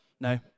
no